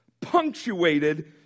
punctuated